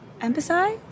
emphasize